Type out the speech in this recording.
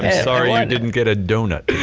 and sorry you didn't get a donut